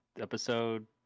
Episode